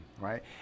right